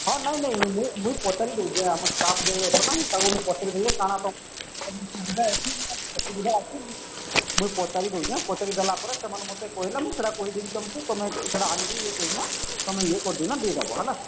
ହଁ ନାଇଁ ନାଇଁ ମୁଇଁ ମୁଇଁ ପଚାରି ଦଉଚେଁ ଯେ ଆମ ଷ୍ଟାଫ ଯେ ଅଛ ନା ମୁଁ ତାକୁ ମୁଁ ପଚାରିଉଚେ କାଣା ସୁବିଧା ଅସୁବିଧା ଅଛି ମୁଇଁ ପଚାରି ଦେଲା ପଚାରି ଦେଲା ପରେ ସେମାନେ ମତେ କହିଲେ ମୁଁ ସେଟା କହିଦେବି ତମକୁ ତମେ ସେଇଟା ଆଣିବି ଇଏ କରିକିନା ତମେ ଇଏ ପରଦିନ ଦେଇଦବ ହେଲା